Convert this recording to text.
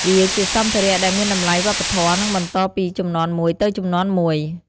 វាជាសម្ភារ:ដែលមានតម្លៃវប្បធម៌ និងបន្តពីជំនាន់មួយទៅជំនាន់មួយ។